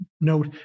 note